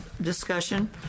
discussion